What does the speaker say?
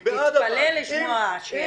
תתפלא לשמוע שיש.